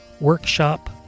workshop